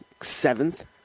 seventh